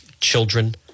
children